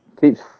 Keeps